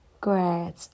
Great